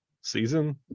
season